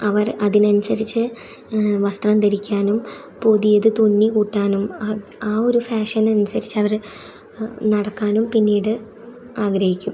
അവർ അതിനനുസരിച്ച് വസ്ത്രം ധരിക്കാനും പുതിയത് തുന്നികൂട്ടാനും ആ ആ ഒരു ഫാഷനനുസരിച്ച് അവർ നടക്കാനും പിന്നീട് ആഗ്രഹിക്കും